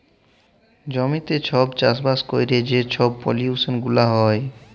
জমিতে ছব চাষবাস ক্যইরে যে ছব পলিউশল গুলা হ্যয়